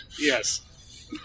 Yes